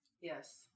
Yes